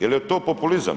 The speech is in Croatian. Jer je to populizam.